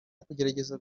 ukugerageza